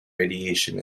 radiation